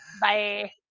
Bye